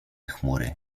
chmury